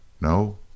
No